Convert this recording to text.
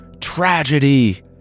Tragedy